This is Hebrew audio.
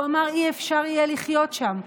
הוא אמר: אי-אפשר יהיה לחיות שם,